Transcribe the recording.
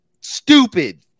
Stupid